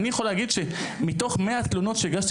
אני יכול להגיד שמתוך מאה תלונות שהגשתי